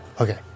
Okay